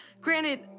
Granted